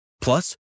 Plus